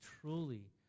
truly